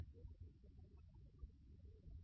எனவே இப்போது தாமதம் சீரான 2 மற்றும் 2 ஆக மாறுகிறது